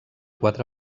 quatre